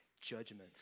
judgment